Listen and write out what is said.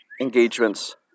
engagements